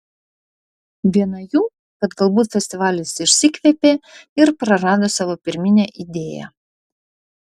viena jų kad galbūt festivalis išsikvėpė ir prarado savo pirminę idėją